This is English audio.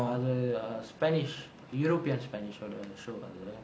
அது:athu err spanish european spanish ஓட:oda show அது:athu